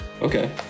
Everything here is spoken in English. Okay